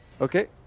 Okay